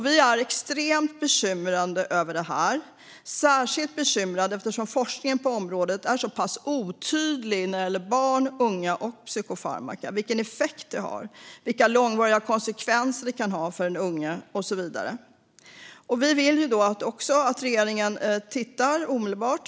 Vi är extremt bekymrade över det här, särskilt eftersom forskningen på området är så pass otydlig när det gäller vilken effekt psykofarmaka har på barn och unga, vilka långvariga konsekvenser det kan ha för dem och så vidare. Vi vill att regeringen tittar på detta omedelbart.